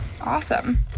Awesome